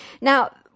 Now